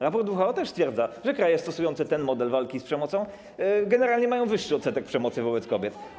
Raport WHO też stwierdza, że kraje stosujące ten model walki z przemocą generalnie mają wyższy odsetek przemocy wobec kobiet.